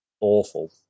awful